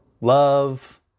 love